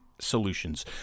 solutions